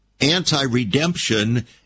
anti-redemption